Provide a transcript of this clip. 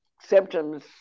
symptoms